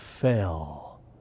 fell